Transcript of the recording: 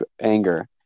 anger